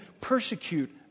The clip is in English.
persecute